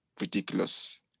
ridiculous